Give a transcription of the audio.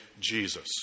Jesus